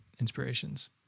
inspirations